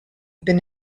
been